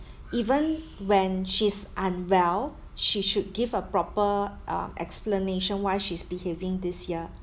even when she's unwell she should give a proper um explanation why she is behaving this year